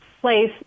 place